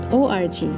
org